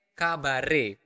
kabare